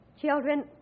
Children